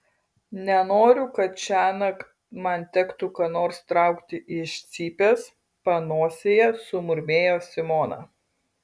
nenoriu kad šiąnakt man tektų ką nors traukti iš cypės panosėje sumurmėjo simona